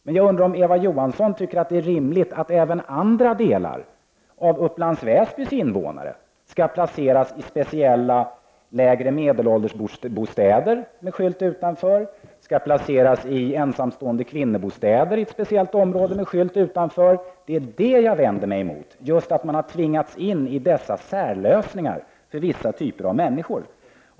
Men jag undrar om Eva Johansson tycker att det är rimligt att även andra grupper i Upplands Väsby skall placeras i speciella ”lägre medelålders-bostäder” med skylt utanför eller i ”ensamstående kvinno-bostäder” i ett speciellt område med skylt utanför. Det är detta jag vänder mig emot, alltså att människor tvingas in i dessa särlösningar för vissa typer av människor.